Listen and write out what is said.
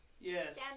yes